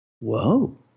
whoa